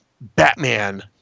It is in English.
batman